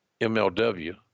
MLW